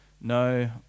No